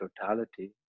totality